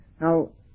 Now